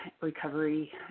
recovery